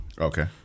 Okay